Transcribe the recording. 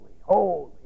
holy